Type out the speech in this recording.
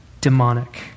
demonic